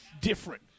different